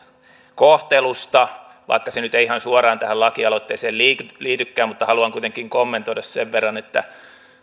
kohtelusta vaikka se nyt ei ihan suoraan tähän lakialoitteeseen liitykään liitykään mutta haluan kuitenkin kommentoida sen verran että